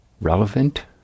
relevant